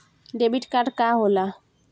Debit card का होला?